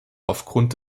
aufgrund